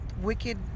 wicked